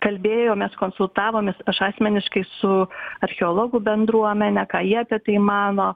kalbėjomės konsultavomės aš asmeniškai su archeologų bendruomene ką jie apie tai mano